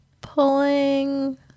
pulling